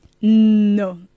No